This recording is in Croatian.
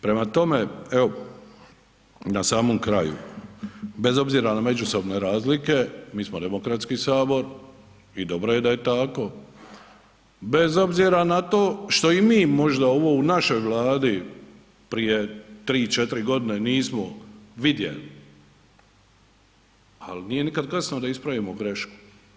Prema tome, evo na samom kraju, bez obzira na međusobne razlike, mi smo demokratski Sabor i dobro je da je tako, bez obzora na to što i mi možda ovo u našoj Vladi prije 3, 4 g. nismo vidjeli, ali nije nikad kasno da ispravimo grešku.